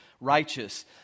righteous